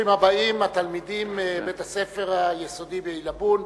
ברוכים הבאים התלמידים מבית-הספר היסודי בעילבון